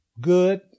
good